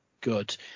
good